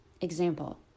Example